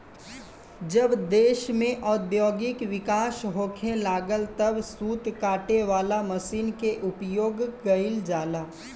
जब देश में औद्योगिक विकास होखे लागल तब सूत काटे वाला मशीन के उपयोग गईल जाला